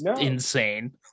insane